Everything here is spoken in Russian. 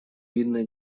видно